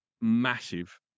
massive